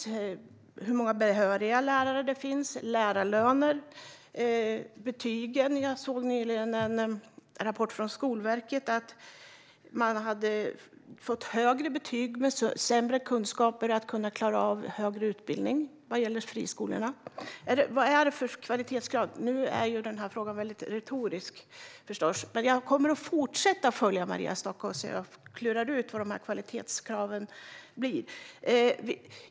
Är det hur många behöriga lärare det finns? Handlar det om lärarlönerna eller om betygen? Jag såg nyligen i en rapport från Skolverket att man i friskolorna hade fått högre betyg trots sämre kunskaper för att klara av högre utbildning. Vad är det för kvalitetskrav? Frågan är retorisk, men jag kommer att fortsätta följa Maria Stockhaus och försöka klura ut vad dessa kvalitetskrav är.